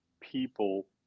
people